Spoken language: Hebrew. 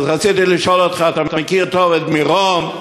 רציתי לשאול אותך: אתה מכיר טוב את מירון,